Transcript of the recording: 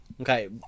Okay